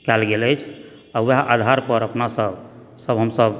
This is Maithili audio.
कायल गेल अछि आ वएह आधार पर अपना सब सब हमसब